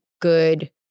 good